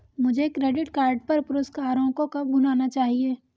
मुझे credit card पर पुरस्कारों को कब भुनाना चाहिए?